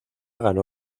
ganó